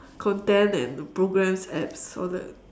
content and programs apps all that